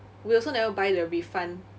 we also never buy the refund